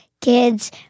kids